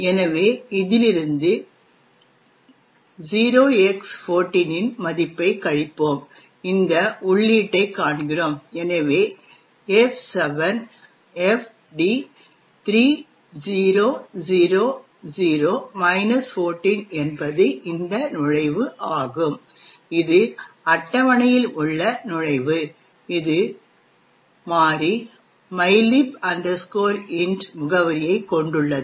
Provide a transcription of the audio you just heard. எனவே இதிலிருந்து 0x14 இன் மதிப்பைக் கழிப்போம் இந்த உள்ளீட்டைக் காண்கிறோம் எனவே F7FD3000 14 என்பது இந்த நுழைவு ஆகும் இது GOT அட்டவணையில் உள்ள நுழைவு இது மாறி மைலிப் இன்ட்டின் mylib int முகவரியைக் கொண்டுள்ளது